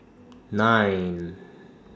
nine